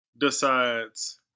decides